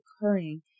occurring